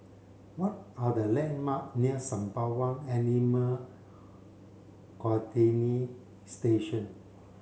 what are the landmark near Sembawang Animal Station